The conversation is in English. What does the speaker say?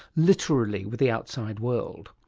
literally, with the outside world.